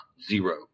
zero